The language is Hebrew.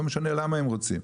לא משנה למה הם רוצים,